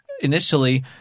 initially